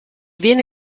viene